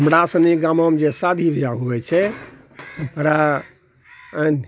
हमरा सनीके गाँवोमे जे शादी बियाह होवै छै ओकरा